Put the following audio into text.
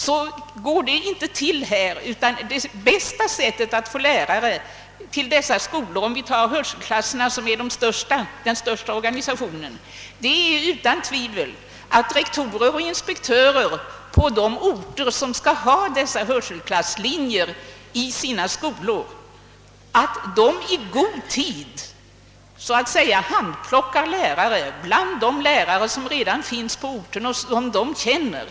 Så går det inte till här, utan bästa sättet att få lärare till dessa skolor — om vi betraktar hörselklasserna som är de vanligast förekommande — är utan tvivel att rektorer och inspektörer på de orter, som skall ha dessa hörselklasslinjer i sina skolor, i god tid så att säga handplockar lärare bland de lärare som redan finns på orten och som de känner.